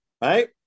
Right